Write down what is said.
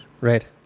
Right